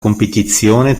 competizione